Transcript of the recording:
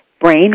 brain